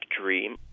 dream